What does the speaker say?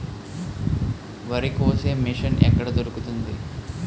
వరి కోసే మిషన్ ఎక్కడ దొరుకుతుంది?